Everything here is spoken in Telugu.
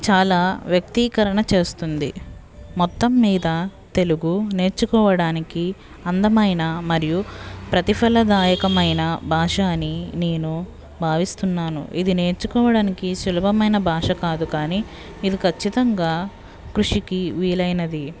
చాల వ్యక్తీకరణ చేస్తుంది మొత్తం మీద తెలుగు నేర్చుకోవడానికి అందమైన మరియు ప్రతిఫలదాయకమైన బాషా అని నేను భావిస్తున్నాను ఇది నేర్చుకోవడానికి సులభమైన భాషా కాదు కాని ఇది ఖచ్చితంగా కృషికి వీలైనది